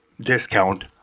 discount